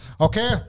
Okay